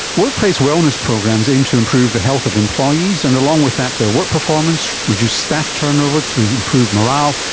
workplace wellness programs aim to improve the health of employees and, along with that, their work performance, reduce staff turnover through improved morale,